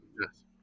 yes